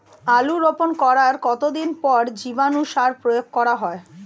আলু রোপণ করার কতদিন পর জীবাণু সার প্রয়োগ করা হয়?